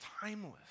timeless